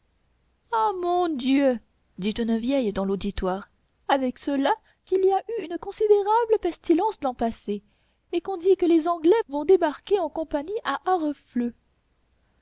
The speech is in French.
ah mon dieu dit une vieille dans l'auditoire avec cela qu'il y a eu une considérable pestilence l'an passé et qu'on dit que les anglais vont débarquer en compagnie à harefleu